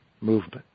movement